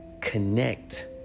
connect